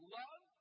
love